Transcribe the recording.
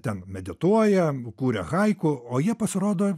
ten medituoja kuria haiku o jie pasirodo